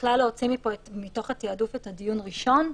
בכלל להוציא מפה מתוך התעדוף את הדיון הראשון?